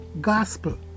gospel